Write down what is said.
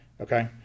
okay